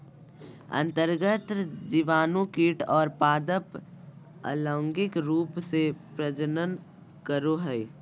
अन्तर्गत जीवाणु कीट और पादप अलैंगिक रूप से प्रजनन करो हइ